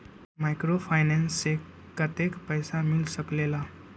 Microfinance से कतेक पैसा मिल सकले ला?